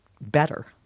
better